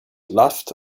laughed